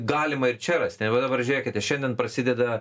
galima ir čia rasti va dabar žiūrėkite šiandien prasideda